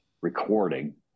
recording